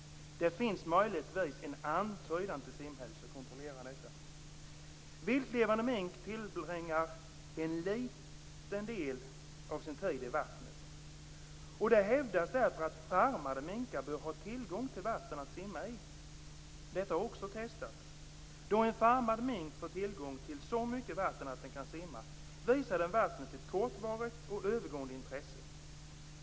Det finns möjligtvis en antydan till simhud. Vilt levande mink tillbringar en liten del av sin tid i vattnet. Det hävdas därför att farmade minkar bör ha tillgång till vatten att simma i. Detta har också testats. Då en farmad mink får tillgång till så mycket vatten att den kan simma, visar den vattnet ett kortvarigt och övergående intresse.